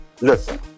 listen